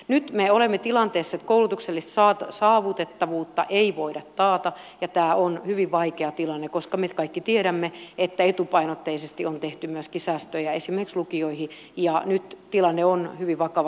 nyt me olemme tilanteessa että koulutuksellista saavutettavuutta ei voida taata ja tämä on hyvin vaikea tilanne koska me kaikki tiedämme että etupainotteisesti on tehty myöskin säästöjä esimerkiksi lukioihin ja nyt tilanne on hyvin vakava siinä